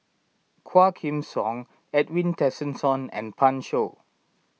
Quah Kim Song Edwin Tessensohn and Pan Shou